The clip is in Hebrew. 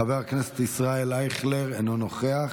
חבר הכנסת ישראל אייכלר, אינו נוכח.